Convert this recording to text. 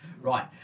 Right